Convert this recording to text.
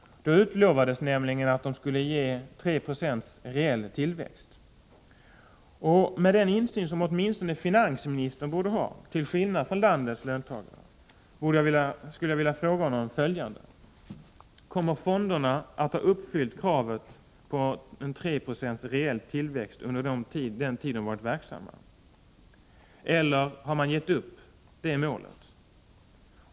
Då utlovades nämligen att de skulle ges 3 20 reell tillväxt. Med den insyn som åtminstone finansministern borde ha, till skillnad från landets löntagare, skulle jag vilja fråga honom följande: Kommer fonderna att ha uppfyllt kravet på 3 90 reell tillväxt under den tid de har varit verksamma eller har man gett upp det målet?